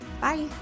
bye